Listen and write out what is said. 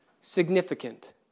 significant